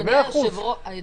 במאה אחוז.